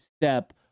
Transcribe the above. step